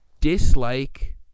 dislike